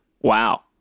Wow